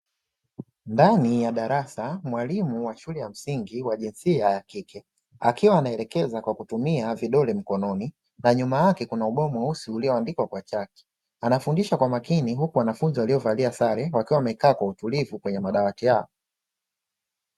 Ndani ya darasa, mwalimu wa shule ya msingi wa jinsia ya kike, akiwa anaelekeza kwa kutumia vidole mkononi, na nyuma yake kuna ubao mweusi ulioandikwa kwa chaki. Anafundisha kwa makini, huku wanafunzi waliovalia sare wamekaa kwa utulivu kwenye madawati yao.